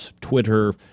Twitter